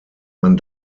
man